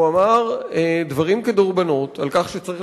הוא אמר דברים כדרבונות על כך שצריך